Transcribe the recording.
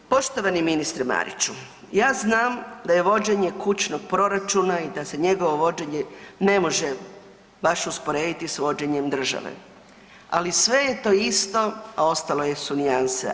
Poštovani ministre Mariću, ja znam da je vođenje kućnog proračuna i da se njegovo vođenje ne može baš usporediti s vođenjem države, ali sve je to isto, a ostalo su nijanse.